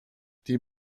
die